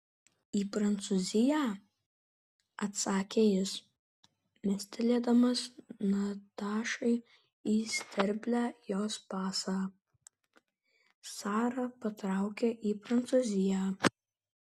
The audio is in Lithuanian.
į prancūziją atsakė jis mestelėdamas natašai į sterblę jos pasą sara patraukė į prancūziją